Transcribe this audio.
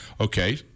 Okay